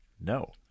no